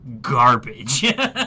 garbage